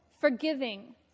forgiving